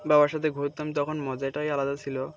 বাবার সাথে ঘুরতাম তখন মজাটাই আলাদা ছিলো